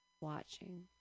watching